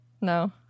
No